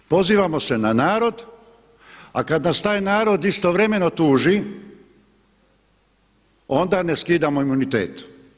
Pozivamo se na narod a kada nas taj narod istovremeno tuži onda ne skidamo imunitet.